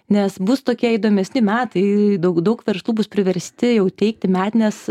nes bus tokie įdomesni metai daug daug verslų bus priversti jau teikti metines